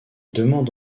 demande